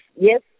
Yes